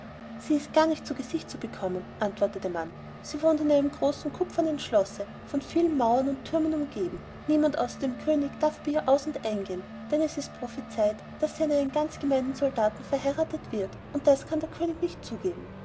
sie ist gar nicht zu gesicht zu bekommen antwortete man sie wohnt in einem großen kupfernen schlosse von vielen mauern und türmen umgeben niemand außer dem könig darf bei ihr aus und eingehen denn es ist prophezeit daß sie an einen ganz gemeinen soldaten verheiratet wird und das kann der könig nicht zugeben